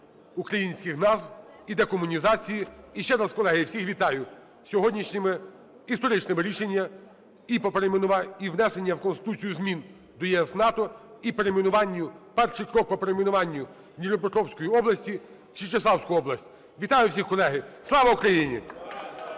українських назв і декомунізації. І ще раз, колеги, всіх вітаю з сьогоднішніми історичними рішеннями: і внесення в Конституцію змін до ЄС, НАТО, і перейменуванню… перший крок по перейменуванню Дніпропетровської області в Січеславську область. Вітаю всіх, колеги. Слава Україні!